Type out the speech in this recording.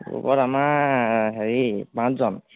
গ্ৰুপত আমাৰ হেৰি পাঁচজন